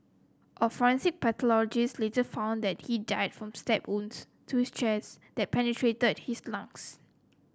a forensic pathologist later found that he died from stab wounds to his chest that penetrated his lungs